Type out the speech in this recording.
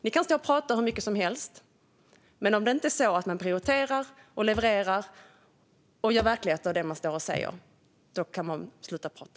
Ni kan stå och prata hur mycket som helst, men om ni inte prioriterar och levererar och gör verklighet av det ni säger kan ni sluta prata.